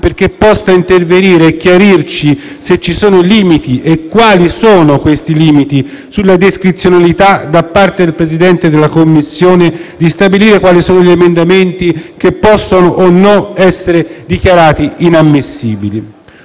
perché possa intervenire e chiarirci se ci sono limiti - e quali sono - sulla discrezionalità di un Presidente di Commissione nello stabilire quali sono gli emendamenti che possono o no essere dichiarati inammissibili.